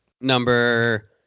Number